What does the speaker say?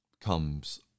comes